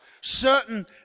certain